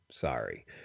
sorry